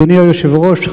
אדוני היושב-ראש,